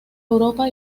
europa